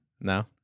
No